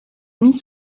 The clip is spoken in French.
mis